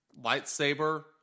lightsaber